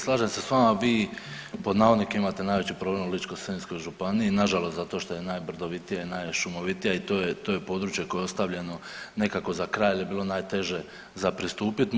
Slažem se s nama, vi „imate najveći problem u Ličko-senjskoj županiji“, nažalost zato što je najbrdovitije, najšumovitija i to je područje koje je ostavljeno nekako za kraj jel je bilo najteže za pristupit mu.